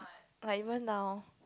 like even now